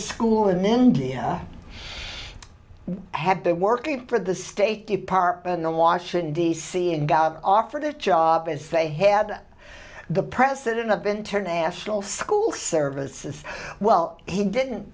school in india had been working for the state department in washington d c and got offered a job as a head the president of international school services well he didn't